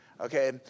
Okay